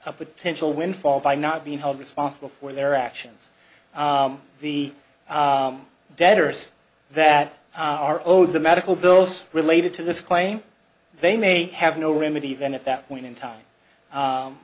a potential windfall by not being held responsible for their actions the debtors that are owed the medical bills related to this claim they may have no remedy then at that point in time